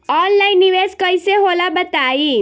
Online निवेस कइसे होला बताईं?